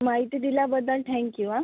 माहिती दिल्याबद्दल thank you हा